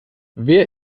wer